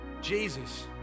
Jesus